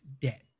debt